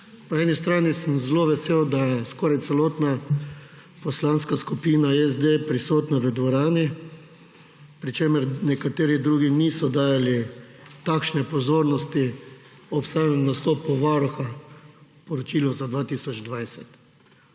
po eni strani sem zelo vesel, da je skoraj celotna Poslanska skupina SD prisotna v dvorani, pri čemer nekateri drugi niso dajali takšne pozornost ob samem nastopu Varuha pri poročilo za 2020.